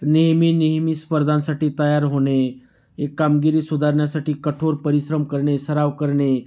नेहमी नेहमी स्पर्धांसाठी तयार होणे एक कामगिरी सुधारण्यासाठी कठोर परिश्रम करणे सराव करणे